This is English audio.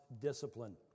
discipline